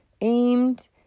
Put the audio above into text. aimed